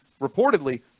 Reportedly